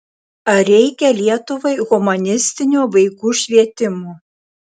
ar reikia lietuvai humanistinio vaikų švietimo